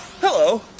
hello